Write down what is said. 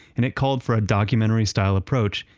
and it called for documentary style approach,